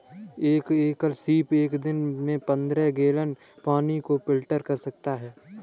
एक एकल सीप एक दिन में पन्द्रह गैलन पानी को फिल्टर कर सकता है